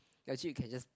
ya actually you can just